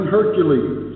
Hercules